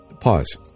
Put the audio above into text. pause